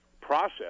process